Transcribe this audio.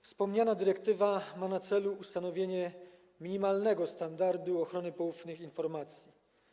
Wspomniana dyrektywa ma na celu ustanowienie minimalnego standardu ochrony poufnych informacji.